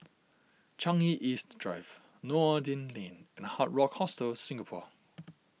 Changi East Drive Noordin Lane and Hard Rock Hostel Singapore